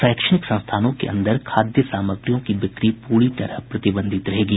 शैक्षणिक संस्थानों के अंदर खाद्य सामग्रियों की बिक्री पूरी तरह प्रतिबंधित रहेगी